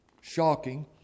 shocking